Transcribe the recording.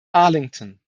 arlington